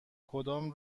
کدام